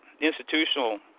institutional